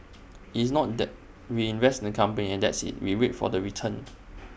IT is not that we invest in the company and that's IT we wait for the return